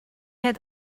had